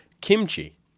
kimchi